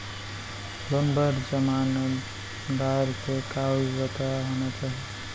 Loan बर जमानतदार के का योग्यता होना चाही?